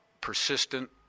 persistent